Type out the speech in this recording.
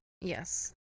Yes